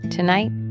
Tonight